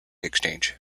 exchange